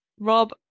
Rob